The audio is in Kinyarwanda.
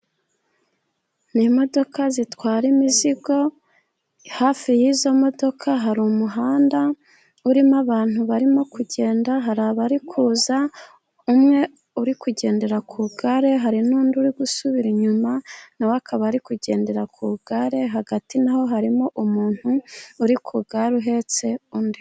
Ni imodoka zitwara imizigo, hafi y'izo modoka hari umuhanda urimo abantu barimo kugenda ,hari abari kuza umwe uri kugendera ku igare ,hari n'undi uri gusubira inyuma nawe akaba ari kugendera ku igare, hagati na ho harimo umuntu uri ku igare uhetse undi.